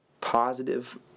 positive